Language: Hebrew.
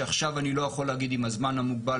שעכשיו אני לא יכול להגיד אם הזמן המוגבל